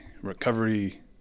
recovery